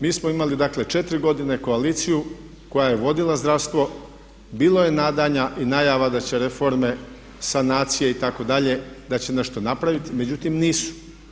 Mi smo imali dakle 4 godine koaliciju koja je vodila zdravstvo, bilo je nadanja i najava da će reforme sanacije itd. da će nešto napraviti međutim nisu.